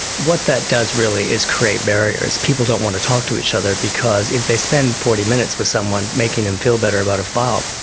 what that does really is create barriers people don't want to talk to each other because if they spend forty minutes with someone making them feel better about a file,